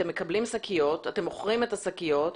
אתם מקבלים שקיות, אתם מוכרים את השקיות.